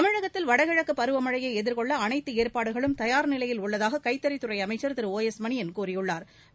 தமிழகத்தில் வடகிழக்கு பருவமழையை எதிர்கொள்ள அனைத்து ஏற்பாடுகளும் தயார் நிலையில் உள்ளதாக கைத்தறித் துறை அமைச்சா் திரு ஒ எஸ் மணியன் கூறியுள்ளாா்